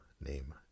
name